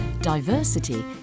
diversity